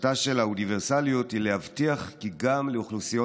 מטרתה של האוניברסליות היא להבטיח כי גם לאוכלוסיות